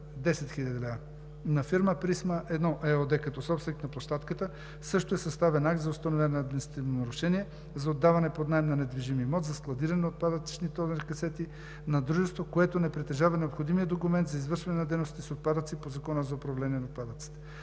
10 хил. лв. На фирма „Присма 1“ ЕООД, като собственик на площадката, също е съставен акт за установено административно нарушение за отдаване под наем на недвижим имот за складиране на отпадъчни тонер-касети на дружество, което не притежава необходимия документ за извършване на дейности с отпадъци по Закона за управление на отпадъците.